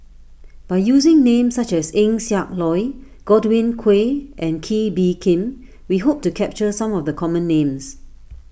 by using names such as Eng Siak Loy Godwin Koay and Kee Bee Khim we hope to capture some of the common names